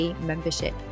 membership